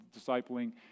discipling